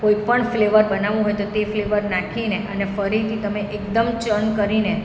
કોઈ પણ ફ્લેવર બનાવવું હોય તો તે ફ્લેવર નાખીને અને ફરીથી તમે એકદમ ચર્ન કરીને